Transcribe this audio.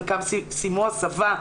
חלקם סיימו הסבה,